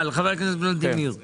חבר הכנסת, אלי דלל, אתה